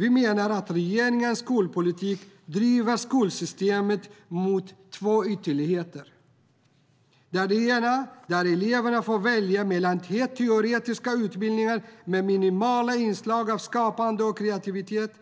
Vi menar att regeringens skolpolitik driver skolsystemet mot två ytterligheter där eleverna får välja mellan helt teoretiska utbildningar med minimala inslag av skapande och kreativitet